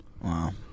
Wow